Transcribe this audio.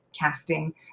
casting